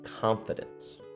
confidence